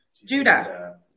judah